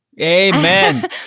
Amen